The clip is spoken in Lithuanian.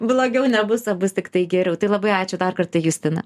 blogiau nebus o bus tiktai geriau tai labai ačiū dar kartą justina